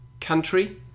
country